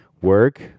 work